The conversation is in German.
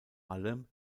allem